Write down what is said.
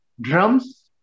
drums